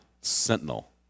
Sentinel